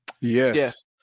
Yes